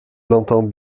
l’entends